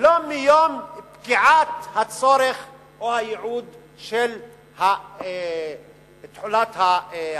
ולא מיום פקיעת הצורך או הייעוד של תחולת ההפקעה,